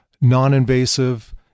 non-invasive